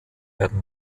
werden